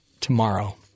tomorrow